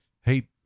hey